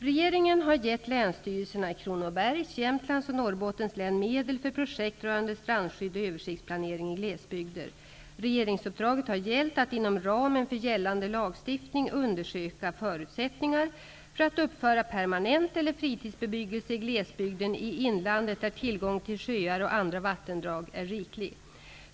Regeringen har gett länsstyrelserna i Kronobergs, Jämtlands och Norrbottens län medel för projekt rörande strandskydd och översiktsplanering i glesbygder. Regeringsuppdraget har gällt att inom ramen för gällande lagstiftning undersöka förutsättningar för att uppföra permanent eller fritidsbebyggelse i glesbygden i inlandet, där tillgången till sjöar och andra vattendrag är riklig.